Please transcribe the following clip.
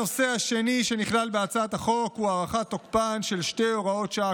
הנושא השני שנכלל בהצעת החוק הוא הארכת תוקפן של שתי הוראות שעה